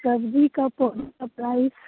सब्जी का पौधा का प्राइस